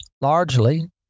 largely